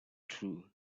true